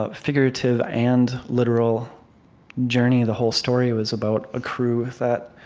ah figurative and literal journey. the whole story was about a crew that